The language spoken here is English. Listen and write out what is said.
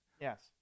Yes